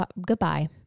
goodbye